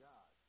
God